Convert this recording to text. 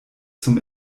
zum